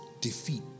defeat